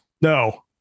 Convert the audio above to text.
No